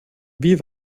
wie